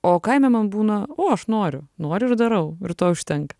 o kaime man būna o aš noriu noriu ir darau ir to užtenka